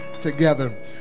together